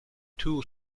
two